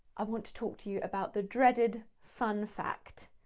i want to talk to you about the dreaded fun fact.